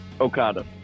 Okada